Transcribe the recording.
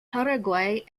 paraguay